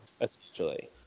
essentially